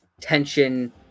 tension